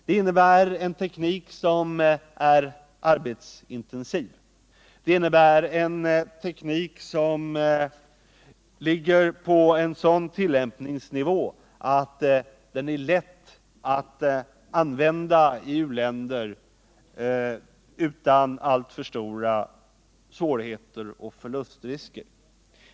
Det betyder en teknik som är arbetsintensiv, en teknik som ligger på en sådan tillämpningsnivå att den är lätt att använda utan alltför stora svårigheter och förlustrisker.